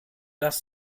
das